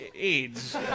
AIDS